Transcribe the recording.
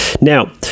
Now